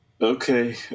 Okay